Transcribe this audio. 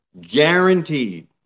Guaranteed